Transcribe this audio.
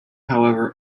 however